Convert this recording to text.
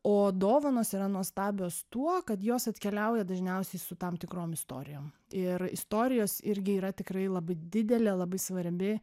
o dovanos yra nuostabios tuo kad jos atkeliauja dažniausiai su tam tikrom istorijom ir istorijos irgi yra tikrai labai didelė labai svarbi